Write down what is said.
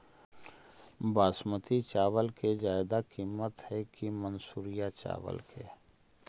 बासमती चावल के ज्यादा किमत है कि मनसुरिया चावल के?